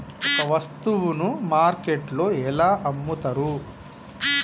ఒక వస్తువును మార్కెట్లో ఎలా అమ్ముతరు?